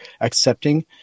accepting